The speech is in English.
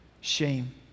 shame